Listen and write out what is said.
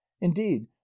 indeed